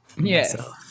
Yes